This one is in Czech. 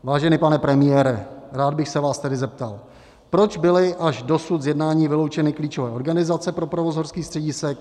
Vážený pane premiére, rád bych se vás tedy zeptal, proč byly až dosud z jednání vyloučeny klíčové organizace pro provoz horských středisek?